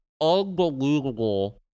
unbelievable